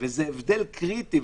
זה הבדל קריטי.